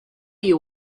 you